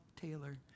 Taylor